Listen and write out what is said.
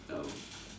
oh